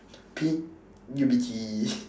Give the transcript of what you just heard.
P U B G